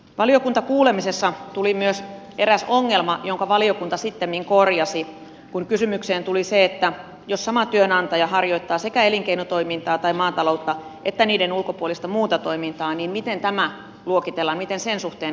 valiokuntakuulemisessa tuli myös eräs ongelma jonka valiokunta sittemmin korjasi kun kysymykseen tuli se jos sama työnantaja harjoittaa sekä elinkeinotoimintaa tai maataloutta että niiden ulkopuolista muuta toimintaa miten tämä luokitellaan miten sen suhteen käyttäydytään